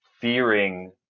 fearing